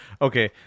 Okay